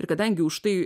ir kadangi už tai